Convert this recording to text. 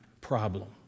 problem